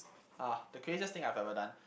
ah the craziest thing I've ever done